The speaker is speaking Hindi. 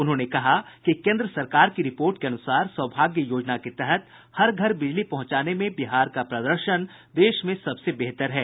उन्होंने कहा कि केन्द्र सरकार की रिपोर्ट के अनुसार सौभाग्य योजना के तहत हर घर बिजली पहुंचाने में बिहार का प्रदर्शन देश में सबसे बेहतर है